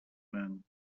man